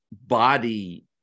body